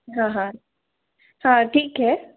हाँ हाँ हाँ ठीक है